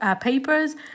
papers